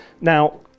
Now